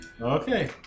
Okay